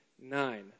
nine